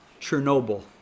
Chernobyl